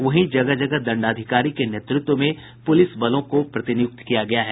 वहीं जगह जगह दंडाधिकारी के नेतृत्व में पुलिस बलों को प्रतिनियुक्त किया गया है